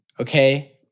Okay